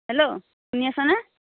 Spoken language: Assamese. হেল্ল' শুনি আছেনে